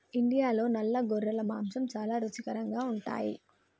ఇండియాలో నల్ల గొర్రెల మాంసం చాలా రుచికరంగా ఉంటాయి